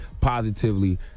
positively